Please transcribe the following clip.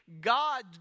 God